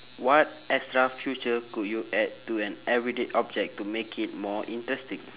what extra feature could you add to an everyday object to make it more interesting